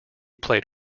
played